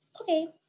Okay